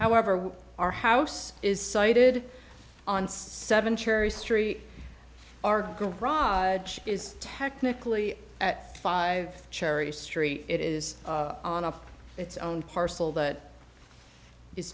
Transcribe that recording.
however our house is sited on seven cherry street our garage is technically at five cherry street it is on up its own parcel but is